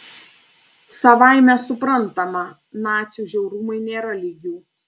savaime suprantama nacių žiaurumui nėra lygių